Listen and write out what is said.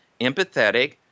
empathetic